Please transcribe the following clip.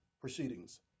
proceedings